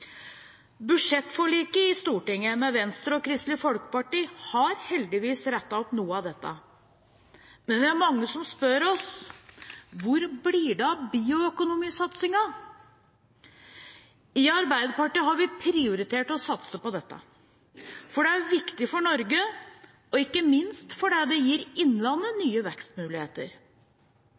Budsjettforliket i Stortinget med Venstre og Kristelig Folkeparti har heldigvis rettet opp noe av dette, men vi er mange som spør oss: Hvor blir det av bioøkonomisatsingen? I Arbeiderpartiet har vi prioritert å satse på dette fordi det er viktig for Norge, og ikke minst fordi det gir innlandet